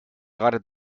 gerade